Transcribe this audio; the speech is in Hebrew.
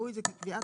אם הם קבועים שם,